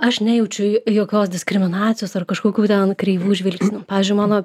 aš nejaučiu jokios diskriminacijos ar kažkokių ten kreivų žvilgsnių pavyzdžiui mano